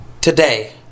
Today